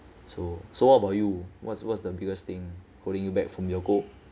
so so what about you what's what's the biggest thing holding you back from your goal